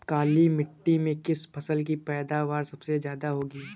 काली मिट्टी में किस फसल की पैदावार सबसे ज्यादा होगी?